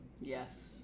yes